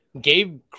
Gabe